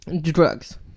Drugs